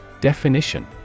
Definition